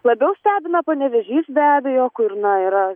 labiau stebina panevėžys be abejo kur na yra